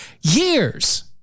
years